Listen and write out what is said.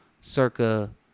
circa